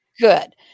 Good